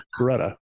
Beretta